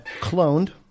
cloned